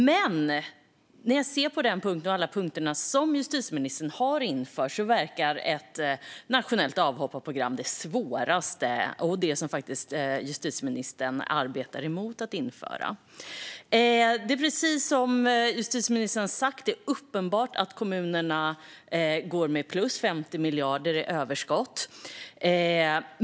Men den punkten verkar vara den svåraste för justitieministern att genomföra. Precis som justitieministern sa går kommunerna med 50 miljarder i överskott.